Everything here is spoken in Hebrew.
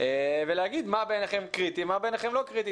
ולהגיד מה בעיניכם קריטי ומה בעיניכם לא קריטי.